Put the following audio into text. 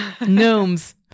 gnomes